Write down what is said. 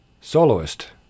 soloist